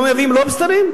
לא מייבאים לובסטרים?